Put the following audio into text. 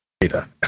data